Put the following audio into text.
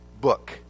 book